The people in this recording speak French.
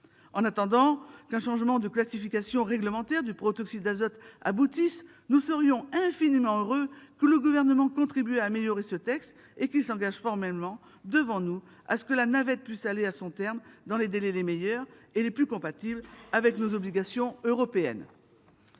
En attendant qu'un changement de classification réglementaire du protoxyde d'azote aboutisse, nous serions infiniment heureux que le Gouvernement contribue à améliorer ce texte et qu'il s'engage formellement devant nous à ce que la navette parlementaire puisse aller à son terme dans les délais les meilleurs et les plus compatibles avec nos obligations européennes.